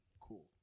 cool